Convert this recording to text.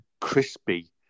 crispy